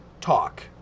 talk